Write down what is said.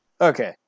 Okay